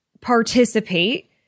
participate